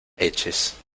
eches